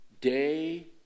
day